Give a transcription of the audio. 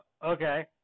Okay